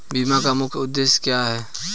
बीमा का मुख्य उद्देश्य क्या है?